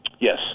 Yes